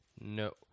No